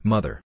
Mother